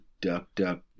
duck-duck